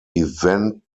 event